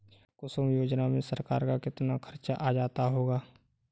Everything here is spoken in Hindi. कुसुम योजना में सरकार का कितना खर्चा आ जाता होगा